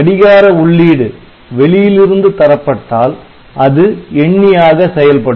கடிகார உள்ளீடு வெளியிலிருந்து தரப்பட்டால் அது எண்ணியாக செயல்படும்